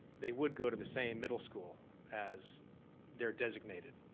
they would go to the same middle school as they're designated.